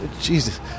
Jesus –